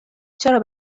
چرا